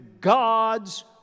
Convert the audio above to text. God's